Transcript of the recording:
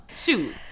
Shoot